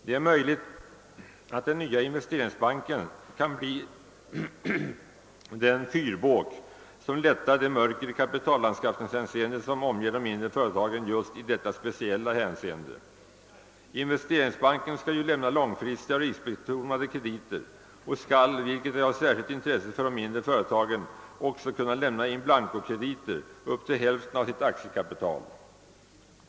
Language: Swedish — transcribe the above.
Det är möjligt att den nya investeringsbanken kan bli den fyrbåk som lyser upp det mörker i kapitalanskaffningshänseende som omger de mindre företagen just i detta speciella hänseende. Investeringsbanken skall som bekant lämna långfristiga och riskbetonade krediter och skall, vilket är av särskilt intresse för de mindre företagen, också kunna lämna inblankokrediter upp till hälften av sitt aktiekapital.